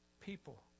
people